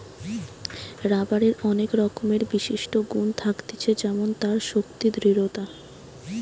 রাবারের অনেক রকমের বিশিষ্ট গুন থাকতিছে যেমন তার শক্তি, দৃঢ়তা